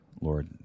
Lord